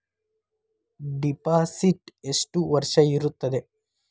Deposit ಎಷ್ಟು ವರ್ಷ ಇರುತ್ತದೆ?